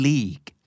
League